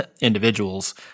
individuals